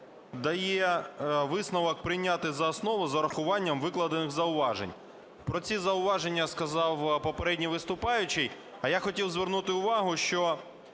дає висновок прийняти за основу з урахуванням викладених зауважень. Про ці зауваження сказав попередній виступаючий, а я хотів звернути увагу, що